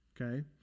Okay